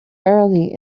early